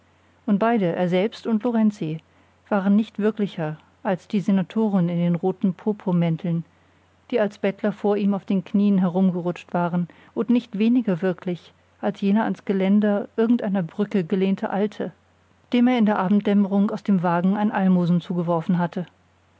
und beide er selbst und lorenzi waren nicht wirklicher als die senatoren in den roten purpurmänteln die als bettler vor ihm auf den knien herumgerutscht waren und nicht weniger wirklich als jener ans geländer irgendeiner brücke gelehnte alte dem er in der abenddämmerung aus dem wagen ein almosen zugeworfen hatte